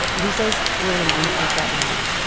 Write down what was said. he says we're in a moment like that now.